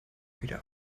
wieder